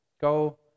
go